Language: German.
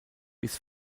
bis